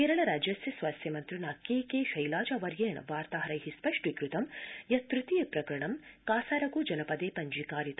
केरल राज्यस्य स्वास्थ्यमन्त्रिणा K K Shailaja वर्येण वार्ताहरै स्पष्टीकतं यत् तृतीय प्रकरणं कासारगो जनपदे पब्जीकृत्